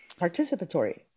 participatory